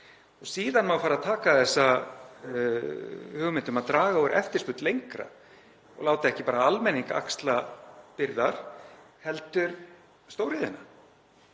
Síðan má fara að taka þessa hugmynd um að draga úr eftirspurn lengra og láta ekki bara almenning axla byrðar heldur stóriðjuna.